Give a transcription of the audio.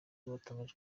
batangaje